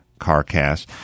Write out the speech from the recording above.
CarCast